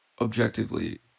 objectively